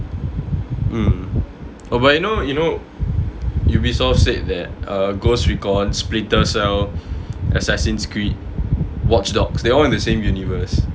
mm oh but you know you know Ubisoft said that ghost recon splinter cell assassin's creed watchdogs they're all in the same universe